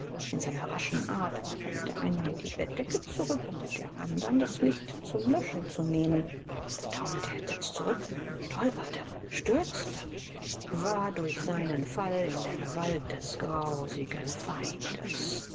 in seiner raschen art warf er mit der einen hand die bettdecke zurück um mit der andern das licht zum löschen zu nehmen da taumelte er entsetzt zurück stolperte stürzte war durch seinen fall in der gewalt des grausigen feindes